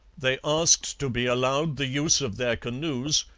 they asked to be allowed the use of their canoes,